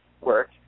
work